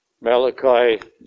Malachi